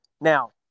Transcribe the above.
Now